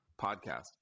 podcast